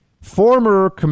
former